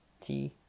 -t